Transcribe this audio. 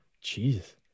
Jesus